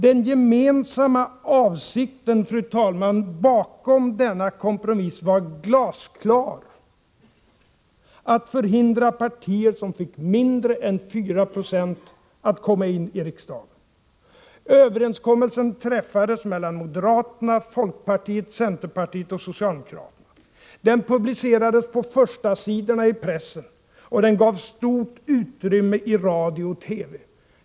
Den gemensamma avsikten, fru talman, bakom denna kompromiss var glasklar: att förhindra partier som fick mindre än 490 att komma in i riksdagen. tiet och socialdemokraterna. Den publicerades på förstasidorna i pressen, och den gavs stort utrymme i radio och TV.